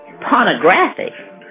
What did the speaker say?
Pornographic